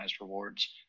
rewards